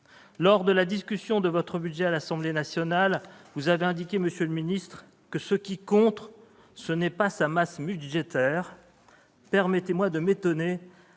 Lors de la discussion de votre budget à l'Assemblée nationale, vous avez indiqué que « ce qui compte, ce n'est pas sa masse budgétaire ». Permettez-moi de m'étonner,